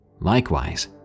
Likewise